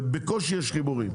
ובקושי יש חיבורים.